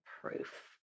proof